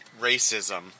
racism